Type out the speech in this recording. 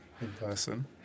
in-person